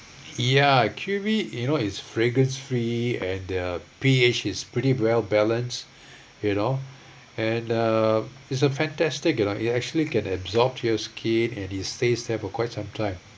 ya Q_V you know it's fragrance free and the P_H is pretty well balanced you know and uh it's a fantastic you know it actually can absorb to your skin and it stays there for quite some time